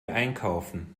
einkaufen